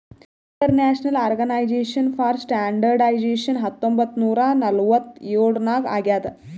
international organization for standardization ಹತ್ತೊಂಬತ್ ನೂರಾ ನಲ್ವತ್ತ್ ಎಳುರ್ನಾಗ್ ಆಗ್ಯಾದ್